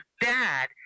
dad